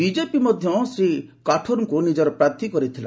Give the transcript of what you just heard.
BJP ମଧ୍ୟ ଶ୍ରୀ କାଠୋର୍କ୍ତ ନିଜର ପ୍ରାର୍ଥୀ କରିଥିଲା